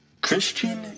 Christian